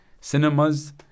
cinemas